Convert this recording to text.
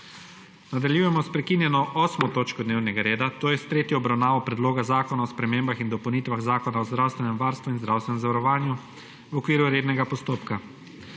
**Nadaljujemo s prekinjeno 8. točko dnevnega reda, to je s tretjo obravnavo Predloga zakona o spremembah in dopolnitvah Zakona o zdravstvenem varstvu in zdravstvenem zavarovanju v okviru rednega postopka.**